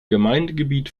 gemeindegebiet